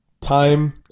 time